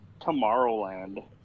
Tomorrowland